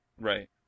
Right